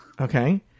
Okay